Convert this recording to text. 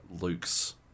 Luke's